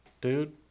Dude